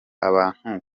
abantu